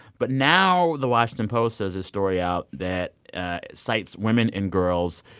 but now the washington post has a story out that cites women and girls,